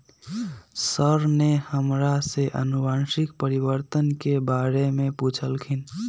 sir ने हमरा से अनुवंशिक परिवर्तन के बारे में पूछल खिन